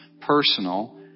personal